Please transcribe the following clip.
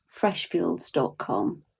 freshfields.com